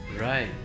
Right